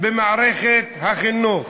במערכת החינוך.